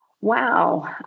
Wow